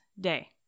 day